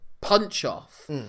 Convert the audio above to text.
punch-off